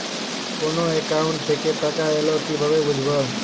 কোন একাউন্ট থেকে টাকা এল কিভাবে বুঝব?